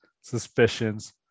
suspicions